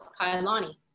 Kailani